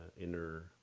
inner